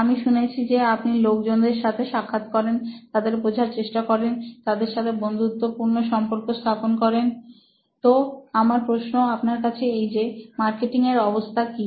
আমি শুনেছি যে আপনি লোকজনের সাথে সাক্ষাৎ করেন তাদের বোঝার চেষ্টা করেন তাদের সাথে বন্ধুত্বপূর্ণ সম্পর্ক স্থাপন করেন তো আমার প্রশ্ন আপনার কাছে এই যে মার্কেটের অবস্থা কি